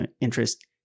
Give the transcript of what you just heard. Interest